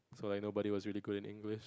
so like nobody was really good in English